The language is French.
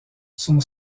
son